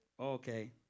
Okay